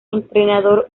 entrenador